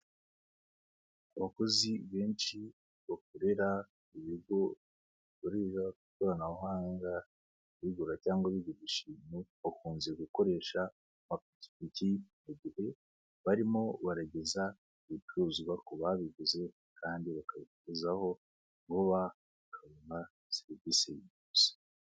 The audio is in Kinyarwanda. Abakozi benshi bakorera ibigo bikorera ku ikoranabuhanga, kubigura cyangwa bigurisha bakunze gukoresha amapikipiki mu gihe barimo barageza ibicuruzwa ku babiguze kandi bakabibagezaho vuba bakabona serivisi.